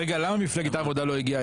למה מפלגת העבודה לא הגיעה?